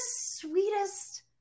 sweetest